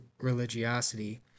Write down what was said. religiosity